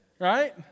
right